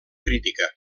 crítica